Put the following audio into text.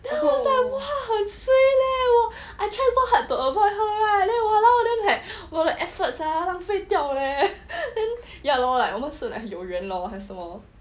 then I was like !wah! 很 suay I tried so hard to avoid her right !walao! then like 我的 efforts 浪费掉 leh then ya lor 我们是有缘 lor 还是什么